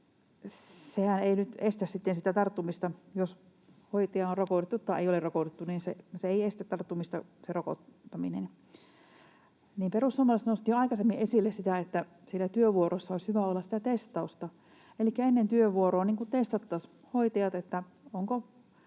estä sitten sitä tarttumista, jos hoitaja on rokotettu tai ei ole rokotettu. Rokottaminen ei estä tarttumista. Perussuomalaiset nosti jo aikaisemmin esille sen, että siellä työvuorossa olisi hyvä olla testausta. Elikkä ennen työvuoroa testattaisiin hoitajat, että onko